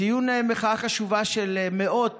ציון מחאה חשובה של מאות